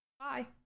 bye